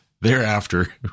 thereafter